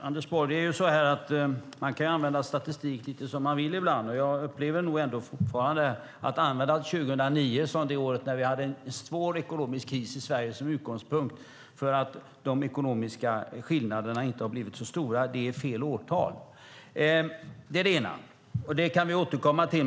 Fru talman! Det är ju så här, Anders Borg, att man kan använda statistik lite som man vill ibland. Att använda 2009, året när vi hade en svår ekonomisk kris i Sverige, som utgångspunkt för att visa att de ekonomiska skillnaderna inte har blivit så stora upplever jag nog ändå är att använda fel årtal. Det är det ena, och det kan vi återkomma till.